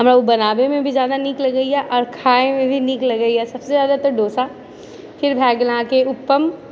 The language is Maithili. हमरा ओ बनाबैमे भी जादा नीक लगैया आओर खायमे भी नीक लगैया सब से जादा तऽ डोसा फिर भए गेल अहाँके उत्तपम